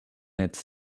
its